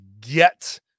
get